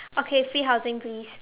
okay free housing please